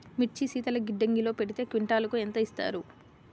మిర్చి శీతల గిడ్డంగిలో పెడితే క్వింటాలుకు ఎంత ఇస్తారు?